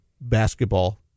basketball